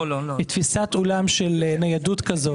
תפיסת עולם של ניידות כזאת,